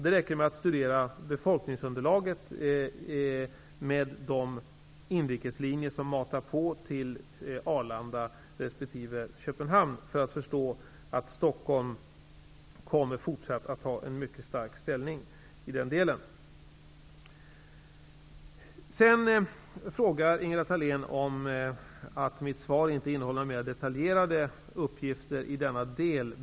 Det räcker med att studera befolkningsunderlaget när det gäller de inrikeslinjer som matar på till Arlanda resp. Köpenhamn för att förstå att Stockholm kommer att fortsätta att ha en mycket stark ställning i den delen. Sedan frågar Ingela Thalén om det beror på att regeringen inte vet, att mitt svar inte innehåller några mer detaljerade uppgifter i denna del.